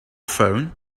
phone